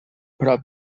prop